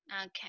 Okay